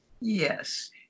Yes